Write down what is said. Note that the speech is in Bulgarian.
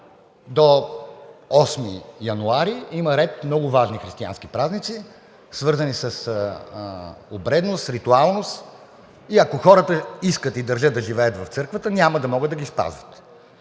до 8 януари има ред много важни християнски празници, свързани с обредност, ритуалност, и ако хората искат и държат да живеят в църквата, няма да могат да ги спазват.